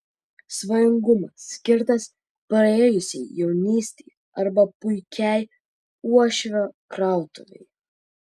svajingumas skirtas praėjusiai jaunystei arba puikiai uošvio krautuvei